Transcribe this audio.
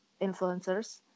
influencers